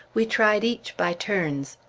we tried each by turns.